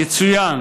יצוין